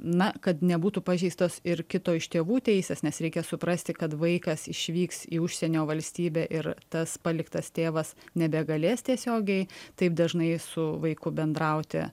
na kad nebūtų pažeistos ir kito iš tėvų teisės nes reikia suprasti kad vaikas išvyks į užsienio valstybę ir tas paliktas tėvas nebegalės tiesiogiai taip dažnai su vaiku bendrauti